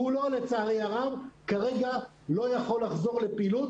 כולם לצערי הרב לא יכולים לחזור לפעילות.